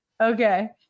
Okay